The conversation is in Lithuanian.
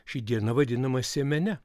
ši diena vadinama sėmene